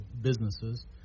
businesses